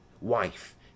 Wife